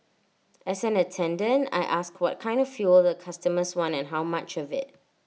as an attendant I ask what kind of fuel the customers want and how much of IT